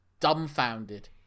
Dumbfounded